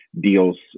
deals